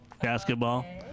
Basketball